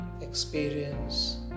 Experience